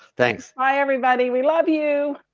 thanks. bye everybody. we love you.